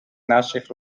naszych